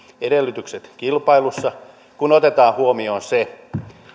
edellytykset kilpailussa kun otetaan huomioon se